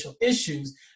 issues